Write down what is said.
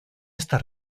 esta